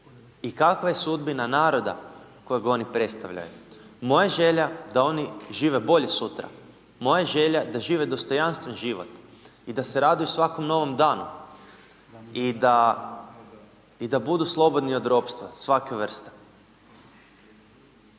i kakva je sudbina naroda kojeg oni predstavljaju? Moja je želja da oni žive bolje sutra, moja je želja da žive dostojanstven život i da se raduju svakom novom danu i da budu slobodni od ropstva svake vrste.